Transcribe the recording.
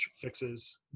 fixes